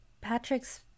Patrick's